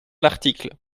l’article